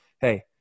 Hey